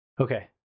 Okay